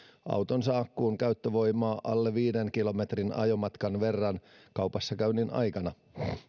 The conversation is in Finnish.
autonsa akkuun käyttövoimaa alle viiden kilometrin ajomatkan verran kaupassakäynnin aikana